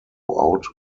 out